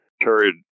Carried